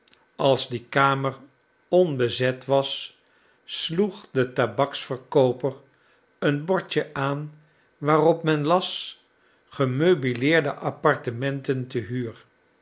als die kamer onbezet was sloeg de tabaksverkooper een bordje aan waarop men las gemeubileerde apartementen te huur